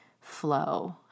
flow